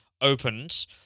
opened